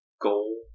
gold